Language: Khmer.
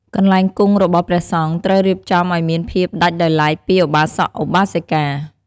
កន្លែងគង់របស់ព្រះសង្ឃ ត្រូវរៀបចំឲ្យមានភាពដាច់ដោយឡែកពីឧបាសក-ឧបាសិកា។